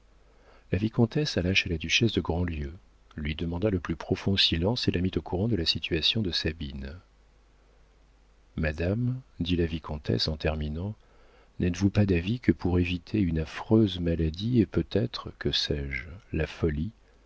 la vicomtesse alla chez la duchesse de grandlieu lui demanda le plus profond silence et la mit au courant de la situation de sabine madame dit la vicomtesse en terminant n'êtes-vous pas d'avis que pour éviter une affreuse maladie et peut-être que sais-je la folie